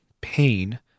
pain